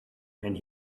and